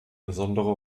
besondere